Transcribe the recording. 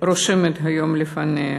רושמת היום לפניה